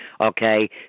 Okay